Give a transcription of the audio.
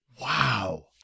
Wow